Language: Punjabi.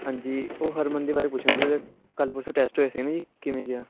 ਹਾਂਜੀ ਉਹ ਹਰਮਨ ਦੇ ਬਾਰੇ ਪੁੱਛਣਾਂ ਸੀਗਾ ਉਹਦਾ ਕੱਲ੍ਹ ਪਰਸੋਂ ਟੈਸਟ ਹੋਇਆ ਸੀ ਨਾ ਜੀ ਕਿਵੇਂ ਗਿਆ